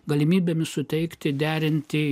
galimybėmis suteikti derinti